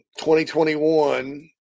2021